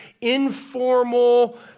informal